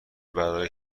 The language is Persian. برای